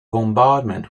bombardment